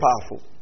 powerful